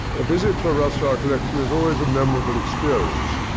a visit to a rothschild collection is always a memorable experience.